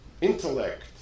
intellect